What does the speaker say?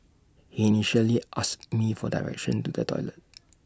he initially asked me for directions to the toilet